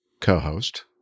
co-host